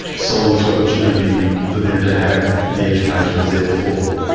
so long as the opportunity for them to have the education is there before them.